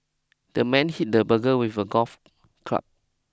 the man hit the burglar with a golf club